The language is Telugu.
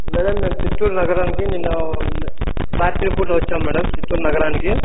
మ్యాడం నేను చిత్తూరు నగరానికి నిన్న రాత్రి పూట వచ్చాను మ్యాడం చిత్తూరు నగరానికి